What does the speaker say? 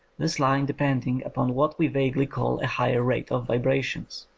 this line depending upon what we vaguely call a higher rate of vibrations.